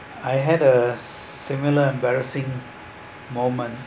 I had a similar embarrassing moment